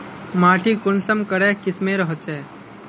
माटी कुंसम करे किस्मेर होचए?